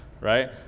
right